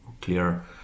clear